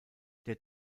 der